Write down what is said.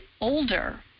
older